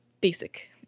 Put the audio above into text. basic